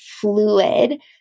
fluid